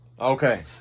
Okay